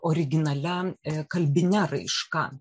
originalia kalbine raiška